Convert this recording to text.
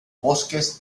bosques